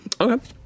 Okay